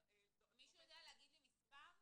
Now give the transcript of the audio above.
מישהו יודע להגיד לי מספר?